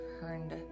turned